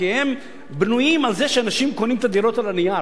כי הם בנויים על זה שאנשים קונים את הדירות על הנייר.